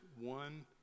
one